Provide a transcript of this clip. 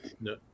No